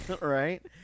Right